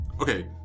okay